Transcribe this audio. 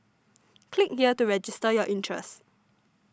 click here to register your interest